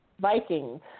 Vikings